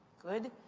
good.